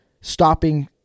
stopping